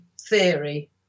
theory